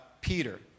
peter